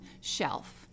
shelf